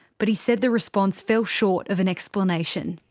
but he said the response fell short of an explanation.